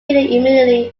immediately